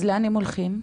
אז לאן הם הולכים?